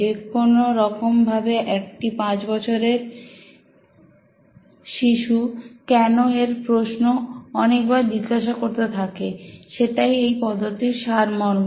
যে রকম ভাবে একটা 5 বছরের শিশু কেন এর প্রশ্নো অনেকবার জিজ্ঞাসা করতে থাকেসেটাই এই পদ্ধতির সারমর্ম